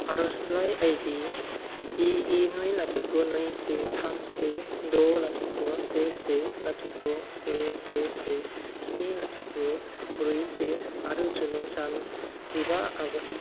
आरज'लाइ आइ डि इ इ नै लाथिख' नै से थाम से द' लाथिख' से से लाथिख' से से से स्नि लाथिख' ब्रै से आरो जोनोम सान जिबा आगष्ट